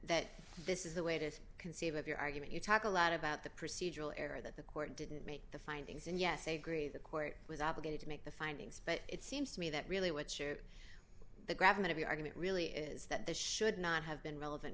that this is the way to conceive of your argument you talk a lot about the procedural error that the court didn't make the findings and yes i agree the court was obligated to make the findings but it seems to me that really what should the gravity argument really is that this should not have been relevant